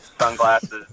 Sunglasses